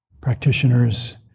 practitioners